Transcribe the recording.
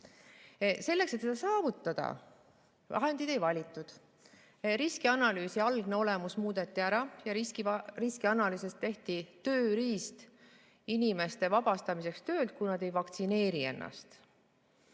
Selleks, et seda saavutada, vahendeid ei valitud. Riskianalüüsi algne olemus muudeti ära ja riskianalüüsist tehti tööriist inimeste vabastamiseks töölt, kui nad ei lase ennast